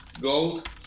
gold